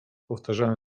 powtarzałem